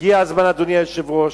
הגיע הזמן, אדוני היושב-ראש,